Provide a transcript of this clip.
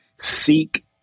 seek